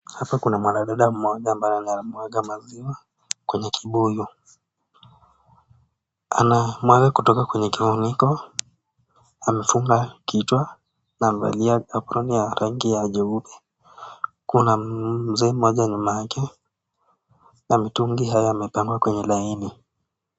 Hapa kuna mwanadada mmoja ambaye anamwaga maziwa kwenye kibuyu. Anamwaga kutoka kwenye kifuniko amefunga kichwa na amevalia aproni ya rangi ya jeupe. Kuna mzee mmoja nyuma yake, na mitungi haya yamepangwa kwenye laini.